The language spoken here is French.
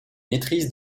maîtrise